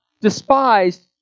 despised